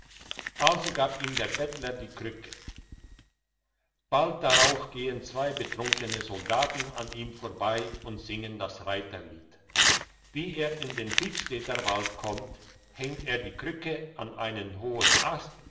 also gab ihm der bettler die krücke bald darauf gehen zwei betrunkene soldaten an ihm vorbei und singen das reiterlied wie er in den fridstädter wald kommt hängt er die krücke an einen hohen ast